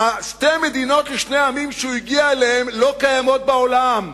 שתי המדינות לשני עמים שהוא הגיע אליהן לא קיימות בעולם,